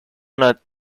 una